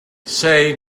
say